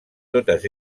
totes